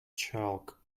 chalk